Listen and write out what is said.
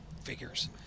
figures